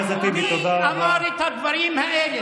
די, אחמד, די,